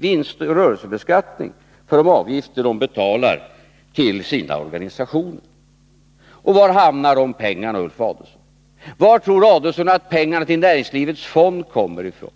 vinstoch rörelsebeskattning för de avgifter de betalar till sina organisationer. Var hamnar de pengarna, Ulf Adelsohn? Var tror Ulf Adelsohn att pengarna till Näringslivets fond kommer ifrån?